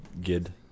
gid